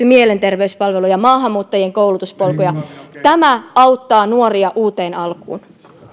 mielenterveyspalveluja maahanmuuttajien koulutuspolkuja tämä auttaa nuoria uuteen alkuun